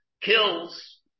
kills